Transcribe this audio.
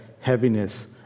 heaviness